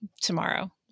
tomorrow